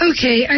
Okay